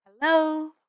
hello